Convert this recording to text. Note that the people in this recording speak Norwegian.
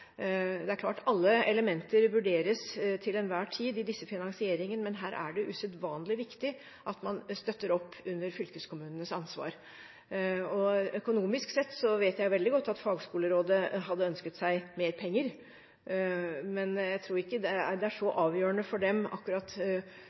det finansieringsgrunnlaget som er nå. Det er klart at alle elementer vurderes til enhver tid i disse finansieringene, men her er det usedvanlig viktig at man støtter opp under fylkeskommunenes ansvar. Økonomisk sett vet jeg jo veldig godt at fagskolerådet hadde ønsket seg mer penger, men jeg tror ikke det er så avgjørende for dem om det er